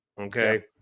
Okay